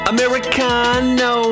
Americano